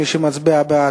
מי שמצביע בעד,